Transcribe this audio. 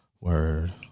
word